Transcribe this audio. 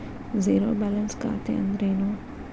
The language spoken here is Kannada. ಝೇರೋ ಬ್ಯಾಲೆನ್ಸ್ ಖಾತೆ ಅಂದ್ರೆ ಏನು?